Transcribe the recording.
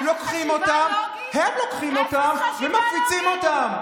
הם לוקחים אותם ומפיצים אותם,